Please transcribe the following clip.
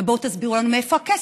בואו תסבירו לנו מאיפה הכסף.